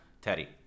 teddy